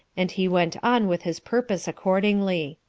and he went on with his purpose accordingly.